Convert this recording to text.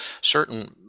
certain